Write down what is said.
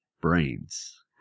brains